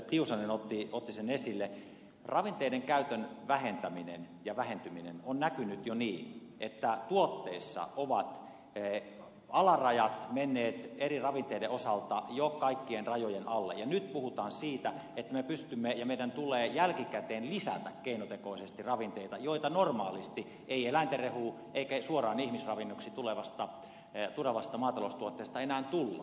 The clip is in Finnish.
tiusanen otti esille ravinteiden käytön vähentäminen ja vähentyminen on näkynyt jo niin että tuotteissa ovat alarajat menneet eri ravinteiden osalta jo kaikkien rajojen alle ja nyt puhutaan siitä että me pystymme ja meidän tulee jälkikäteen lisätä keinotekoisesti ravinteita joita normaalisti ei eläinten rehusta eikä suoraan ihmisravinnoksi tulevasta maataloustuotteesta enää tule